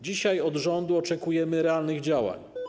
Dzisiaj od rządu oczekujemy realnych działań.